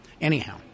Anyhow